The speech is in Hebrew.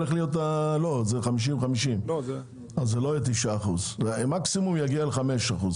לא יהיה 9%. הוא יגיע במקסימום ל-5%.